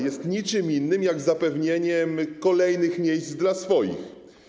Jest ona niczym innym jak zapewnieniem kolejnych miejsc dla swoich.